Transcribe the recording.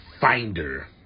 finder